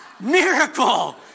Miracle